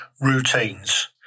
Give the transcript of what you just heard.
routines